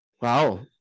wow